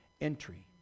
entry